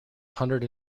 hundred